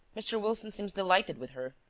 mr. wilson seems delighted with her.